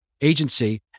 agency